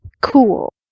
cool